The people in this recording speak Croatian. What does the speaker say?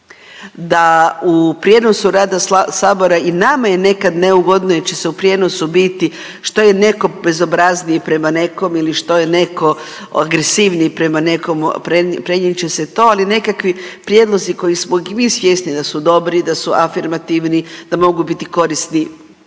da u prijenosu rada sabora i nama je nekad neugodno jer će se prijenosu biti, što je netko bezobrazniji prema nekom ili što je netko agresivniji prema nekom, prenijet će se to, ali nekakvi prijedlozi kojih smo mi svjesni da su dobri, da su afirmativni, da mogu biti korisni